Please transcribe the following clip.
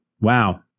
Wow